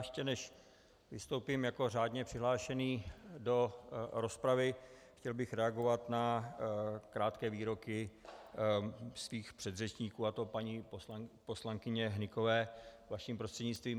Ještě než vystoupím jako řádně přihlášený do rozpravy, chtěl bych reagovat na krátké výroky svých předřečníků, a to paní poslankyně Hnykové vaší prostřednictvím.